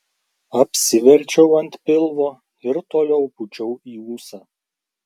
apsiverčiau ant pilvo ir toliau pūčiau į ūsą